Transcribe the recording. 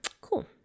Cool